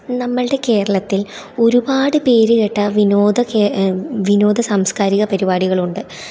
നമ്മളുടെ കേരളത്തിൽ ഒരുപാട് പേരു കേട്ട വിനോദ കെ വിനോദ സാംസ്കാരിക പരിപാടികളുണ്ട്